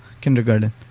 kindergarten